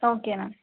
okay ma'am